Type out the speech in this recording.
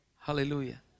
Hallelujah